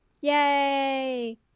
Yay